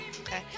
Okay